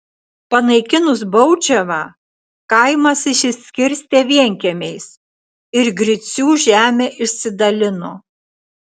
panaikinus baudžiavą kaimas išsiskirstė vienkiemiais ir gricių žemę išsidalino